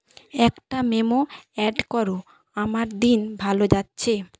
একটা memo add করো আমার দিন ভালো যাচ্ছে